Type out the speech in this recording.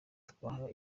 tubaha